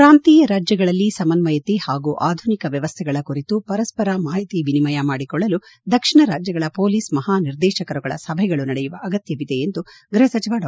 ಪ್ರಾಂತೀಯ ರಾಜ್ಜಗಳಲ್ಲಿ ಸಮನ್ವಯತೆ ಹಾಗೂ ಅಧುನಿಕ ವ್ವವಸ್ಥೆಗಳ ಕುರಿತು ಪರಸ್ಪರ ಮಾಹಿತಿ ವಿನಿಮಯ ಮಾಡಿಕೊಳ್ಳಲು ದಕ್ಷಿಣ ರಾಜ್ಯಗಳ ಮೊಲೀಸ್ ಮಹಾನಿರ್ದೇಶಕರುಗಳ ಸಭೆಗಳು ನಡೆಯುವ ಅಗತ್ಯವಿದೆ ಎಂದು ಗೃಹ ಸಚಿವ ಡಾ